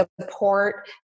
support